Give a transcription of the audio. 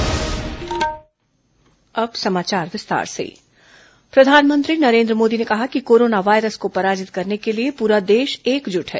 corona प्रधानमंत्री appeal प्रधानमंत्री नरेन्द्र मोदी ने कहा है कि कोरोना वायरस को पराजित करने के लिए पूरा देश एकजुट है